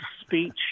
speech